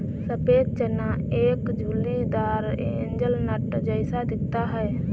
सफेद चना एक झुर्रीदार हेज़लनट जैसा दिखता है